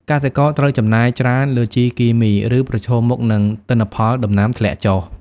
កសិករត្រូវចំណាយច្រើនលើជីគីមី ឬប្រឈមមុខនឹងទិន្នផលដំណាំធ្លាក់ចុះ។